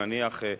נניח,